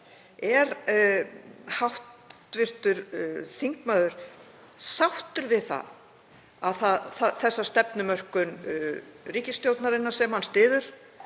Er hv. þingmaður sáttur við þessa stefnumörkun ríkisstjórnarinnar, sem hann styður,